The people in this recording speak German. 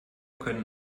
können